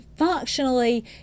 Functionally